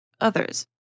others